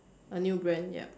a new brand yup